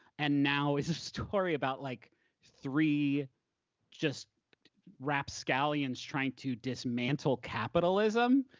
and now is a story about like three just rapscallions trying to dismantle capitalism.